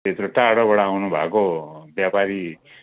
त्यत्रो टाढाबाट आउनु भएको व्यापारी